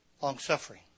long-suffering